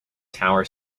tower